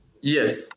Yes